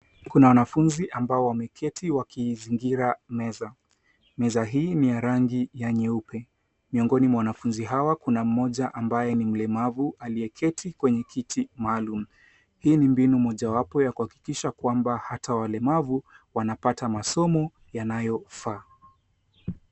Kuna wanafunzi ambao wameketi wakizingira meza. Meza hii ni ya rangi nyeupe. Miongoni mwa wanafunzi hawa kuna mmoja ambaye ni mlemavu aliyeketi kwenye kiti maalum. Hii ni mbinu mojawapo ya kuhakikisha kuwa hata walemavu wanapata masomo yanayofaa.